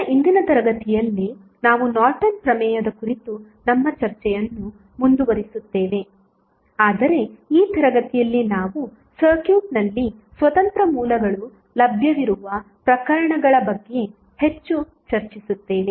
ಈಗ ಇಂದಿನ ತರಗತಿಯಲ್ಲಿ ನಾವು ನಾರ್ಟನ್ ಪ್ರಮೇಯದ ಕುರಿತು ನಮ್ಮ ಚರ್ಚೆಯನ್ನು ಮುಂದುವರಿಸುತ್ತೇವೆ ಆದರೆ ಈ ತರಗತಿಯಲ್ಲಿ ನಾವು ಸರ್ಕ್ಯೂಟ್ನಲ್ಲಿ ಸ್ವತಂತ್ರ ಮೂಲಗಳು ಲಭ್ಯವಿರುವ ಪ್ರಕರಣಗಳ ಬಗ್ಗೆ ಹೆಚ್ಚು ಚರ್ಚಿಸುತ್ತೇವೆ